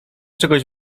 czegoś